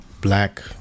black